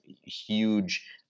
huge